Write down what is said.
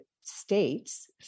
states